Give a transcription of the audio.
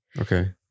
Okay